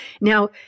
Now